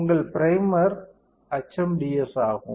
உங்கள் primer HMDS ஆகும்